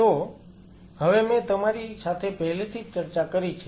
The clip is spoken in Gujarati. તો હવે મેં તમારી સાથે પહેલેથી જ ચર્ચા કરી છે